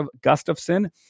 Gustafson